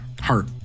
Heart